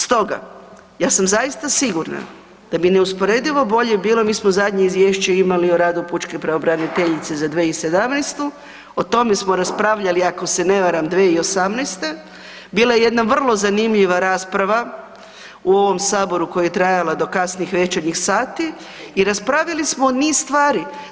Stoga, ja sam zaista sigurna da bi neusporedivo bolje bilo, mi smo zadnje izvješće imali o radu pučke pravobraniteljice za 2017., o tome smo raspravljali ako se ne varam 2018., bila je jedna vrlo zanimljiva rasprava u ovom saboru koja je trajala do kasnih večernjih sati i raspravili smo niz stvari.